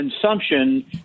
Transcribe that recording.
consumption